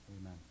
amen